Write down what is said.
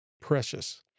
precious